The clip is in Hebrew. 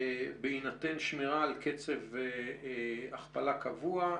בהינתן שמירה על קצב הכפלה קבוע,